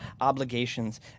obligations